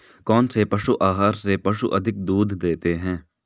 कौनसे पशु आहार से पशु अधिक दूध देते हैं?